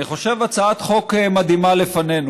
אני חושב, הצעת חוק מדהימה לפנינו.